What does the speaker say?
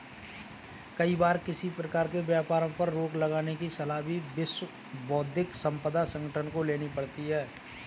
कई बार किसी प्रकार के व्यापारों पर रोक लगाने की सलाह भी विश्व बौद्धिक संपदा संगठन को लेनी पड़ती है